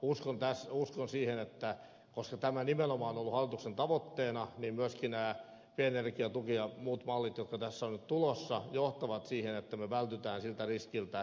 uskon siihen että koska tämä nimenomaan on ollut hallituksen tavoitteena niin myöskin pienenergiatuki ja muut mallit jotka tässä ovat nyt tulossa johtavat siihen että me vältymme siltä riskiltä